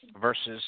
versus